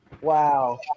wow